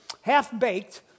half-baked